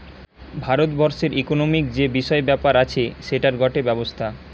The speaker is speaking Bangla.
ভারত বর্ষের ইকোনোমিক্ যে বিষয় ব্যাপার আছে সেটার গটে ব্যবস্থা